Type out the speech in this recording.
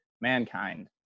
mankind